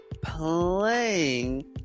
playing